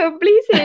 please